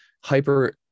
hyper